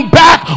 back